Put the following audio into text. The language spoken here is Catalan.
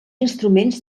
instruments